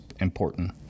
important